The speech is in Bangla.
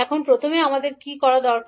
এখন প্রথমে আমাদের কী করা দরকার